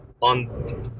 on